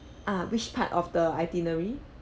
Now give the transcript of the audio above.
ah which part of the itinerary